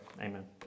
amen